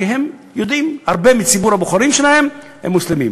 כי הם יודעים שהרבה מציבור הבוחרים שלהם הם מוסלמים.